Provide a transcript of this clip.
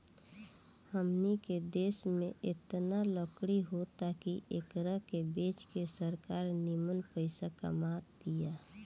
हमनी के देश में एतना लकड़ी होता की एकरा के बेच के सरकार निमन पइसा कमा तिया